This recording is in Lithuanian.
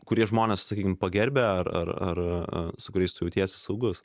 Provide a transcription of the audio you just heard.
kurie žmonės sakykim pagerbę ar ar ar su kuriais jautiesi saugus